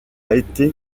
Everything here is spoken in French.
été